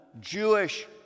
Jewish